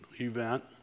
event